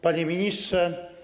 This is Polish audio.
Panie Ministrze!